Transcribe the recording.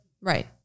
Right